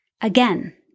Again